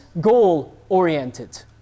goal-oriented